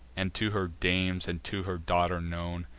and to her dames and to her daughter known,